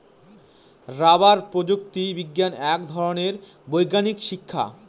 rubber প্রযুক্তি বিজ্ঞান এক ধরনের বৈজ্ঞানিক শিক্ষা